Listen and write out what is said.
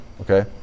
Okay